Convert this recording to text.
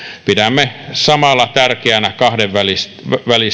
pidämme samalla tärkeänä kahdenvälisten